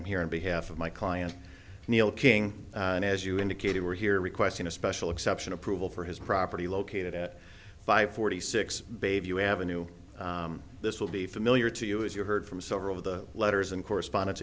i'm here in behalf of my client neil king and as you indicated we're here requesting a special exception approval for his property located at five forty six bayview avenue this will be familiar to you as you heard from several of the letters and correspondence